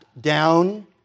down